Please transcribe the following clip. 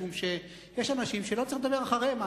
משום שיש אנשים שלא צריך לדבר אחריהם.